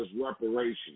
reparations